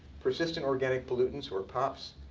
persistent organic pollutants, or pops.